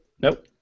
nope